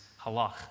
halach